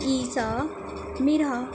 عیسیٰ مرحا